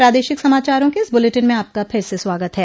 प्रादेशिक समाचारों के इस बुलेटिन में आपका फिर से स्वागत है